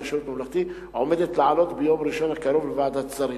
לשירות ממלכתי עומדת לעלות ביום ראשון הקרוב לוועדת שרים.